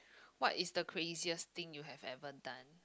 what is the craziest thing you have ever done